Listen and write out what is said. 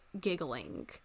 giggling